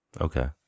okay